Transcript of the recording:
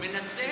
אתה מנצל